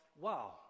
wow